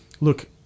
look